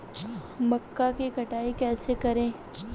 मक्का की कटाई कैसे करें?